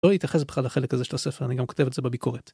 לא להתייחס בכלל לחלק הזה של הספר, אני גם כותב את זה בביקורת.